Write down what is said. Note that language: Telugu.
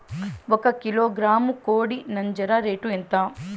ఒక కిలోగ్రాము కోడి నంజర రేటు ఎంత?